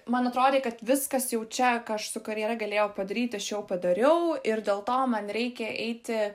man atrodė kad viskas jau čia ką aš su karjera galėjau padaryti aš jau padariau ir dėl to man reikia eiti